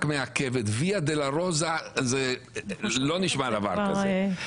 ויה דולורוזה זה לא נשמע דבר כזה.